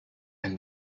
and